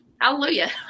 hallelujah